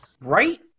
Right